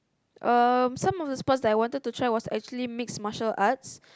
um some of the sports that I wanted to try was actually mixed martial arts